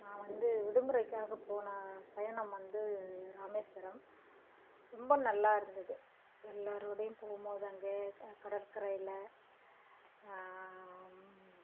நான் வந்து விடுமுறைக்காக போன பயணம் வந்து ராமேஸ்வரம் ரொம்ப நல்லா இருந்தது எல்லோரோடையும் போகும் போது அங்கே கடற்கரையில்